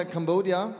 Cambodia